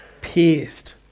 pierced